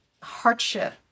hardship